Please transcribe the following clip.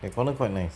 that corner quite nice